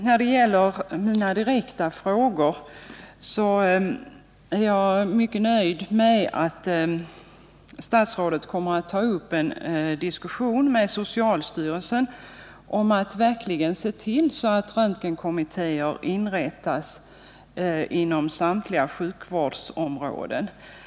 När det gäller mina direkta frågor vill jag framhålla att jag är mycket nöjd med att statsrådet kommer att ta upp en diskussion med socialstyrelsen om att röntgenkommittéer verkligen inrättas inom samtliga sjukvårdsområden.